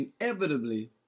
inevitably